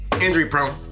Injury-prone